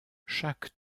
chaque